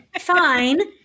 Fine